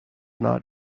not